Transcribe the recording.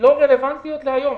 לא רלוונטיות להיום.